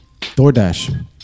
DoorDash